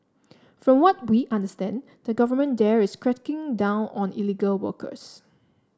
from what we understand the government there is cracking down on illegal workers